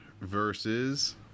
versus